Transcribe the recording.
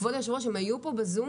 כבוד היושב-ראש, הם היו פה בזום.